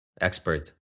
expert